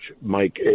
Mike